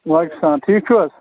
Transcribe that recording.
وعلیکُم سلام ٹھیٖک چھُو حظ